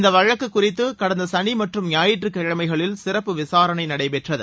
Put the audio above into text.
இந்த வழக்கு குறித்து கடந்த சனி மற்றும் ஞாயிற்றுக்கிழமைகளில் சிறப்பு விசாரணை நடைபெற்றது